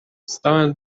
stałem